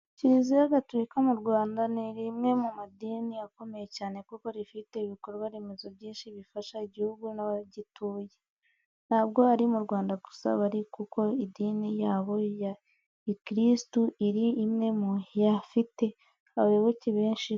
Kiriziya gaturika mu Rwanda ni rimwe mu madini akomeye cyane kuko rifite ibikorwa remezo byinshi bifasha igihugu n'abagituye. Ntabwo ari mu Rwanda gusa bari kuko idini yabo ya gikirisitu ari imwe mu yafite abayoboke benshi ku isi.